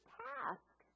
task